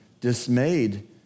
dismayed